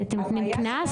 אתם נותנים קנס?